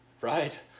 right